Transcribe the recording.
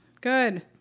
Good